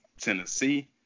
Tennessee